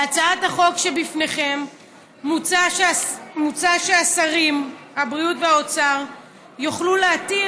בהצעת החוק שלפניכם מוצע ששרי הבריאות והאוצר יוכלו להתיר